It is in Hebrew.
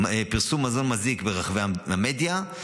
ברחבי המדיה.